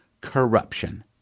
Corruption